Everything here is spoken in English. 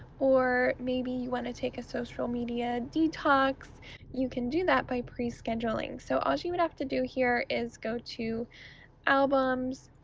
or maybe you wanna take a social media detox you can do that by pre-scheduling. so alls you would have to do here is go to albums,